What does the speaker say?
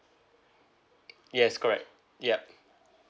yes correct ya